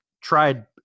tried